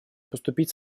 поступить